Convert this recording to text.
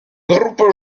groupe